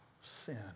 sin